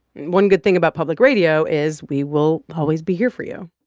one good thing about public radio is we will always be here for you.